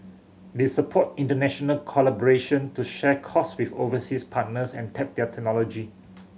they support international collaboration to share cost with overseas partners and tap their technology